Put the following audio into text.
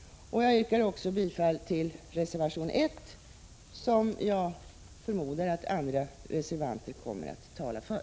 Jag yrkar också bifall till reservation 1, som jag förmodar att andra reservanter kommer att tala för.